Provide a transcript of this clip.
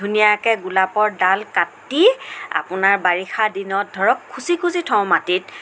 ধুনীয়াকৈ গোলাপৰ ডাল কাটি আপোনাৰ বাৰিষা দিনত ধৰক খুচি খুচি থওঁ মাটিত